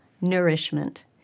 nourishment